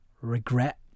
regret